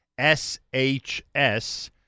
shs